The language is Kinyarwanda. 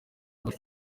rwacu